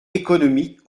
économique